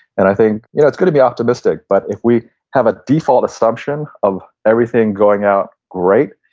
and i think yeah it's going to be optimistic, but if we have a default assumption of everything going out great,